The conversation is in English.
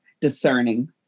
discerning